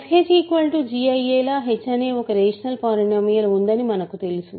fh g అయ్యేలా h అనే ఒక రేషనల్ పాలినోమియల్ ఉందని మనకు తెలుసు